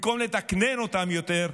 במקום לתקנן אותם יותר,